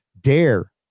dare